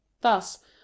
Thus